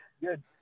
Good